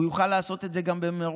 הוא יוכל לעשות את זה גם במרוכז,